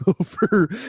over